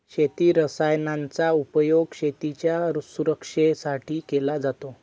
शेती रसायनांचा उपयोग शेतीच्या सुरक्षेसाठी केला जातो